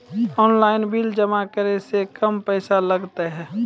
Online bill जमा करै से कम पैसा लागतै?